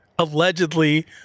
allegedly